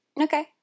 Okay